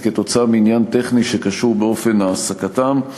כתוצאה מעניין טכני שקשור באופן העסקתם.